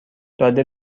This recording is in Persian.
داده